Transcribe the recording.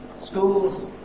schools